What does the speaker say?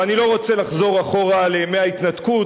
ואני לא רוצה לחזור אחורה לימי ההתנתקות,